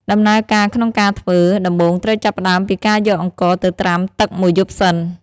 ដំណើរការក្នុងការធ្វើ ដំបូងត្រូវចាប់ផ្ដើមពីការយកអង្ករទៅត្រាំទឹកមួយយប់សិន។